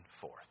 forth